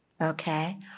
Okay